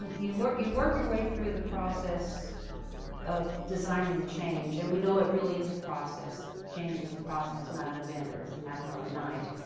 you work you work your way through the process of designing the change, and we know it really is a process. change is a process, not an event. it doesn't happen overnight.